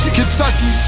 Kentucky